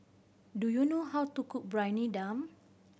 do you know how to cook Briyani Dum